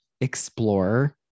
explore